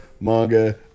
manga